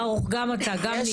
ברוך, גם אתה, גם ניצה.